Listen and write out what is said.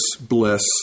bliss